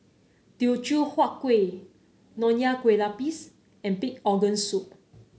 Teochew Huat Kueh Nonya Kueh Lapis and Pig Organ Soup